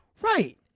Right